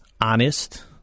honest